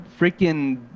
freaking